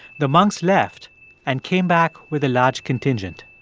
the monks left and came back with a large contingent